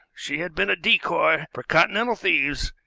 she had been a decoy for continental thieves,